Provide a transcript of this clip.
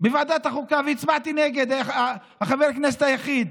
בוועדת החוקה והצבעתי נגד, חבר הכנסת היחיד,